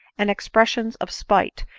and expressions of spite,